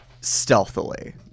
stealthily